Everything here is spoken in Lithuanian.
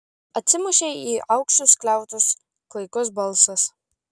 atsimušė į aukštus skliautus klaikus balsas